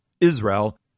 Israel